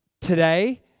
today